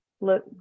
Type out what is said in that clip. look